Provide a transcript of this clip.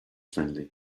friendly